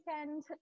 weekend